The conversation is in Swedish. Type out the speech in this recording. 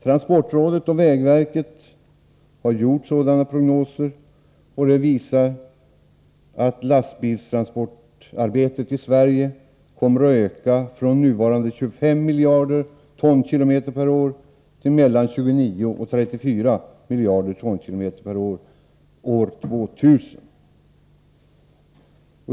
Transportrådet och vägverket har gjort sådana prognoser, och dessa visar att lastbilstransportarbetet i Sverige kommer att öka från nuvarande 25 miljarder tonkm/år till mellan 29 och 34 miljarder tonkm årligen år 2000.